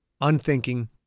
Unthinking